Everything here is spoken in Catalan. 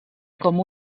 com